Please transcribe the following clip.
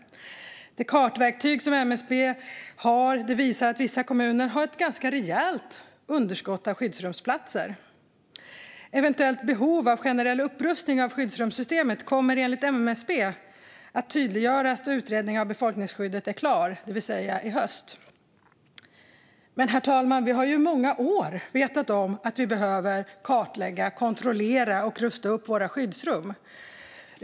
Det kartverktyg som MSB har visar att vissa kommuner har ett ganska rejält underskott när det gäller skyddsrumsplatser. Ett eventuellt behov av generell upprustning av skyddsrumssystemet kommer, enligt MSB, att tydliggöras när utredningen av befolkningsskydd är klar, det vill säga i höst. Men, herr talman, vi har ju i många år vetat om att vi behöver kartlägga, kontrollera och rusta upp våra skyddsrum.